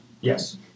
Yes